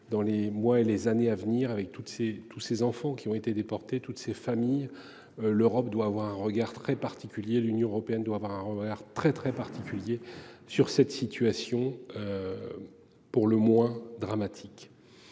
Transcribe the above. dans les mois et les années à venir avec toutes ces tous ces enfants qui ont été déportés. Toutes ces familles. L'Europe doit avoir un regard très particulier. L'Union européenne doit avoir un revers très très particulier sur cette situation. Pour le moins dramatique.